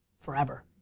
forever